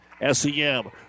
Sem